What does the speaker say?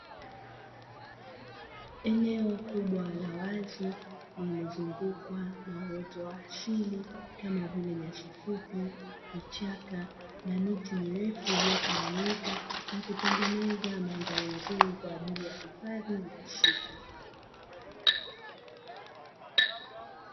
Eneo kubwa la wazi lililo zungukwa na uwoto wa asili, kama vile nyasi fupi, vichaka na miti mirefu iliyogawanyika na kutengeneza mandhari nzuri kwa ajili ya hifadhi ya misitu.